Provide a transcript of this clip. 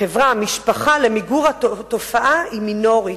החברה, המשפחה, למיגור התופעה היא מינורית.